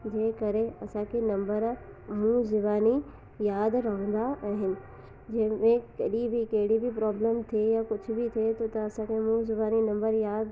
जंहिं करे असांखे नंबर मुंहुं ज़बानी यादि रहंदा आहिनि जंहिंमें कॾहिं बि कहिड़ी बि प्रोब्लम थिए या कुझु बि थिए त असांखे मुंहुं ज़बानी नंबर यादि